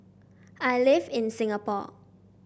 I live in Singapore